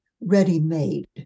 ready-made